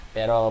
Pero